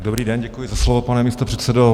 Dobrý den, děkuji za slovo, pane místopředsedo.